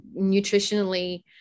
nutritionally